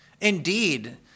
Indeed